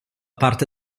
parte